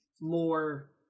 more